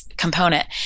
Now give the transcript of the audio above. component